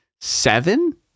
seven